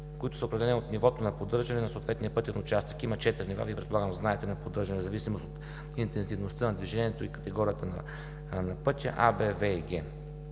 които са определени от нивото на поддържане на съответния пътен участък. Има четири нива, предполагам знаете, на поддържане в зависимост от интензивността на движението и категорията на пътя – А, Б, В и Г.